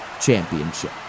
Championship